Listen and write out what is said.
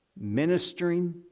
Ministering